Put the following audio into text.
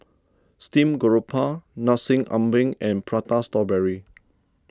Steamed Garoupa Nasi Ambeng and Prata Strawberry